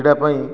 କ୍ରୀଡ଼ା ପାଇଁ